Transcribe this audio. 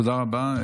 תודה רבה.